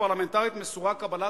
"בדמוקרטיה פרלמנטרית מסורה קבלת